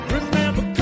Remember